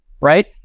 right